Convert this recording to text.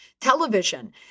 television